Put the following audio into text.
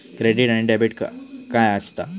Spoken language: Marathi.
क्रेडिट आणि डेबिट काय असता?